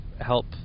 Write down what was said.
help